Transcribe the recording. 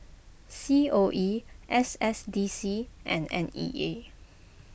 C O E S S D C and N E A